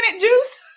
juice